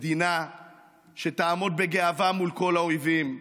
מדינה שתעמוד בגאווה מול כל האויבים,